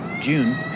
June